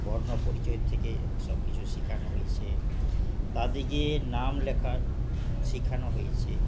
বর্ণপরিচয় থেকে সব কিছু শিখানো হয়েছে তা দিয়ে নাম লেখা শিখানো হয়েছে